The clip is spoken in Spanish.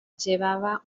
llevaba